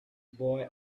boy